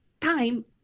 time